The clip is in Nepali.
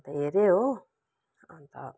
अन्त हेरेँ हो अन्त